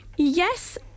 Yes